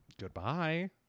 goodbye